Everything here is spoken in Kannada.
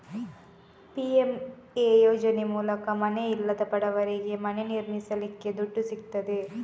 ಪಿ.ಎಂ.ಎ ಯೋಜನೆ ಮೂಲಕ ಮನೆ ಇಲ್ಲದ ಬಡವರಿಗೆ ಮನೆ ನಿರ್ಮಿಸಲಿಕ್ಕೆ ದುಡ್ಡು ಸಿಗ್ತದೆ